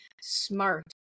smart